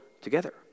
together